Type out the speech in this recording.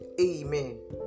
Amen